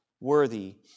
worthy